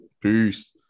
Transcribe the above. peace